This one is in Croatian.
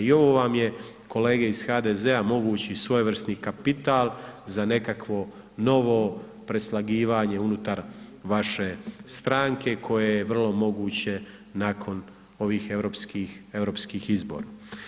I ovo vam je kolege ih HDZ-a mogući svojevrsni kapital za nekakvo novo preslagivanje unutar vaše stranke koje je vrlo moguće nakon ovih europskih, europskih izbora.